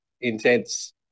intense